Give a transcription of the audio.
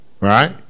Right